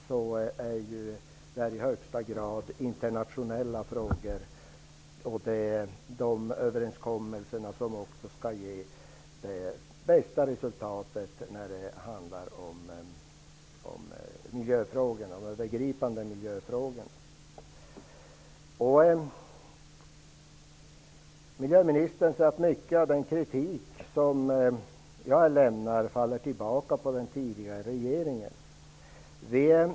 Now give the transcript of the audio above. Det här är i högsta grad internationella frågor, och självklart ger internationella överenskommelser det bästa resultatet i de övergripande miljöfrågorna. Miljöministern säger att mycket av den kritik som jag för fram faller tillbaka på den tidigare regeringen.